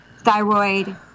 thyroid